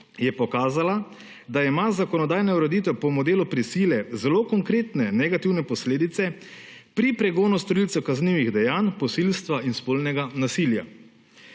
je pokazala, da ima zakonodajna ureditev po modelu prisile zelo konkretne negativne posledice pri pregonu storilcev kaznivih dejanj posilstva in spolnega nasilja.